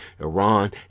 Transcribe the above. Iran